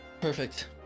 Perfect